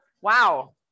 wow